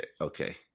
Okay